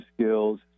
skills